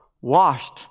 washed